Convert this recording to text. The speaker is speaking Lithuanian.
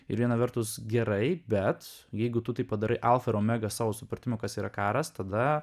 ir viena vertus gerai bet jeigu tu tai padarai alfa ir omega savo supratimu kas yra karas tada